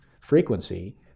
frequency